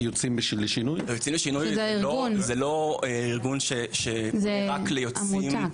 יוצאים לשינוי זה לא ארגון רק ליוצאים,